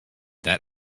that